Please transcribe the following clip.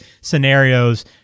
scenarios